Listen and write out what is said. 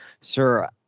Sir